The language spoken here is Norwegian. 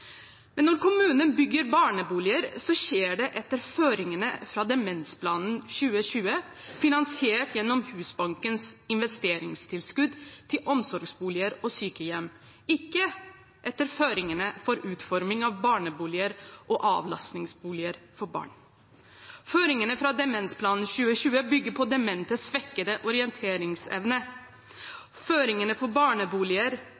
Men når kommunene bygger barneboliger, skjer det etter føringene fra Demensplan 2020, finansiert gjennom Husbankens investeringstilskudd til omsorgsboliger og sykehjem, ikke etter føringene for utforming av barneboliger og avlastningsboliger for barn. Føringene fra Demensplan 2020 bygger på dementes svekkede